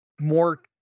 more